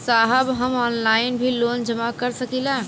साहब हम ऑनलाइन भी लोन जमा कर सकीला?